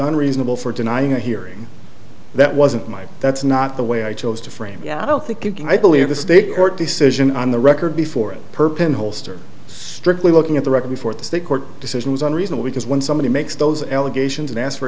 unreasonable for denying a hearing that wasn't my that's not the way i chose to frame yeah i don't think you can i believe the state court decision on the record before a perp and holster strictly looking at the record before the state court decisions on reason we can when somebody makes those allegations and ask for